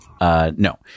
No